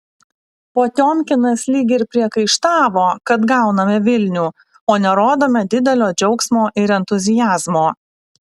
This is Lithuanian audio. potiomkinas lyg ir priekaištavo kad gauname vilnių o nerodome didelio džiaugsmo ir entuziazmo